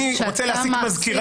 כשאתה מעסיק עורך דין,